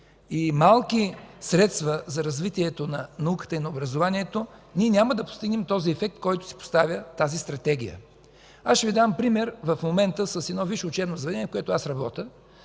и малки средства за развитието на науката и на образованието, ние няма да постигнем този ефект, който си поставя тази Стратегия. Ще Ви дам пример в момента с едно висше учебно заведение, в което аз работя.